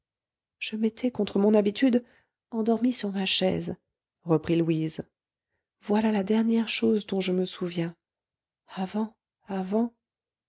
je m'étais contre mon habitude endormie sur ma chaise reprit louise voilà la dernière chose dont je me souviens avant avant